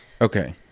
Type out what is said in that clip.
Okay